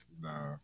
Nah